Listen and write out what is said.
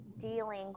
dealing